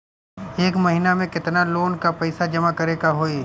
एक महिना मे केतना लोन क पईसा जमा करे क होइ?